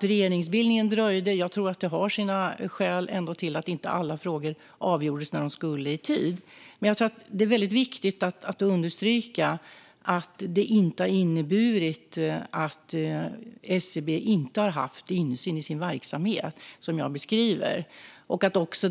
Regeringsbildningen dröjde, och jag tror att det har sina skäl ändå till att inte alla frågor avgjordes när de skulle i tid. Det är viktigt att understryka att det inte har inneburit att det inte rått insyn i SCB:s verksamhet.